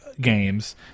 games